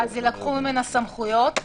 אז יילקחו ממנה הסמכויות.